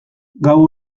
gau